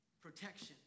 protection